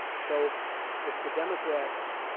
so if the democrats,